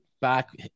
back